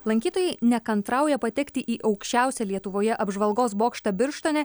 lankytojai nekantrauja patekti į aukščiausią lietuvoje apžvalgos bokštą birštone